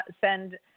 send